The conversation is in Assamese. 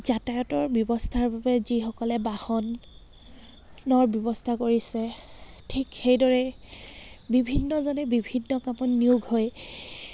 যাতায়াতৰ ব্যৱস্থাৰ বাবে যিসকলে বাহনৰ ব্যৱস্থা কৰিছে ঠিক সেইদৰে বিভিন্নজনে বিভিন্ন কামত নিয়োগ হৈ